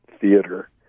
theater